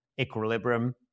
equilibrium